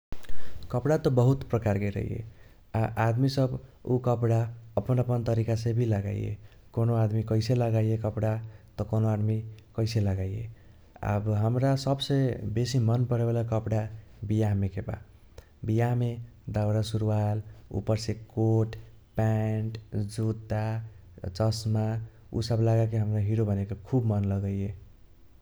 कपडा त बहुत प्रकारके रहाइए आ आदमी सब उ कपडा अपन अपन तरीकासे भी लगाइए। कौनो आदमी कैसे लगाइए कपडा त कौनो आदमी कैसे लगगइए। आब हमरा सबसे बेसी मन बरेवल कपडा बियाह मेके बा। बियाहमे दाउरा सुर्वाल उपरसे कोट, पैन्ट, जूता, चस्मा उसब लगाके हमरा हीरो बनेके खूब मन लगाइए।